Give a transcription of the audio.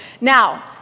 Now